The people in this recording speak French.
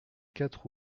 quatre